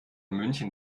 münchen